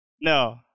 No